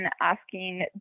asking